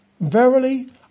Verily